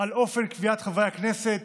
על אופן קביעת שכר חברי הכנסת